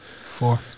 four